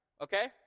okay